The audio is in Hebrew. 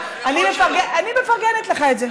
אני מפרגנת לך את זה.